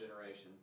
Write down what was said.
generation